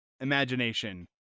imagination